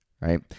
right